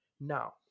Now